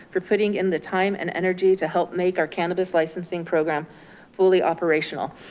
for putting in the time and energy to help make our cannabis licensing program fully operational.